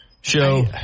show